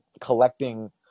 collecting